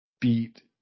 beat